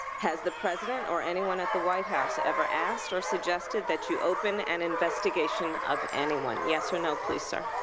has the president or anyone at the white house ever asked or suggested that you open an investigation of anyone? yes or no, please, sir.